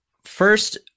First